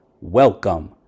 Welcome